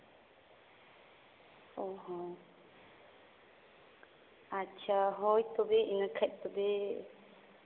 ᱚ ᱦᱚᱸ ᱟᱪᱪᱷᱟ ᱦᱳᱭ ᱛᱚᱵᱮ ᱤᱱᱟᱹ ᱠᱷᱟᱱ ᱛᱚᱵᱮ